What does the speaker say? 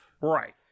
Right